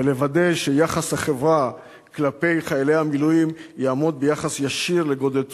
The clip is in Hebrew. ולוודא שיחס החברה כלפי חיילי המילואים יעמוד ביחס ישיר לגודל תרומתם.